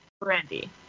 Brandy